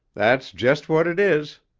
that's just what it is.